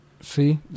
see